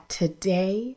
today